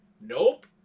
Nope